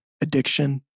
addiction